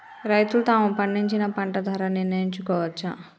రైతులు తాము పండించిన పంట ధర నిర్ణయించుకోవచ్చా?